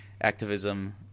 activism